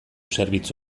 zerbitzu